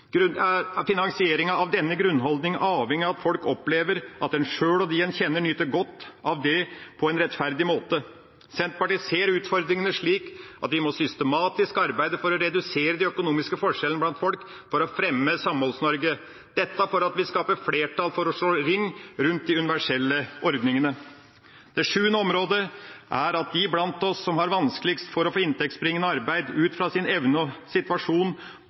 er finansieringa av denne grunnholdning avhengig av at folk opplever at en sjøl og dem en kjenner, nyter godt av det på en rettferdig måte. Senterpartiet ser utfordringene slik at vi må systematisk arbeide for å redusere de økonomiske forskjellene blant folk for å fremme Samholds-Norge, dette for å skape flertall for å slå ring rundt de universelle ordningene. Det sjuende området er at de blant oss som har vanskeligst for å få inntektsbringende arbeid ut fra sin evne og situasjon,